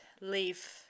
leave